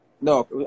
no